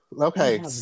Okay